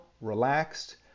relaxed